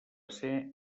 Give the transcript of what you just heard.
ser